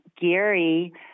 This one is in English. Gary